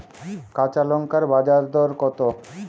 কাঁচা লঙ্কার বাজার দর কত?